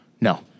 No